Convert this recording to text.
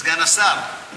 סגן השר,